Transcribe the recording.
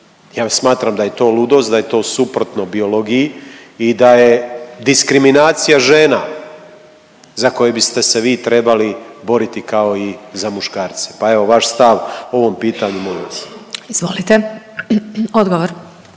Ja smatram da je to ludost, da je to suprotno biologiji i da je diskriminacija žena za koje biste se vi trebali boriti kao i za muškarce, pa evo, vaš stav o ovom pitanju, molim vas. **Glasovac,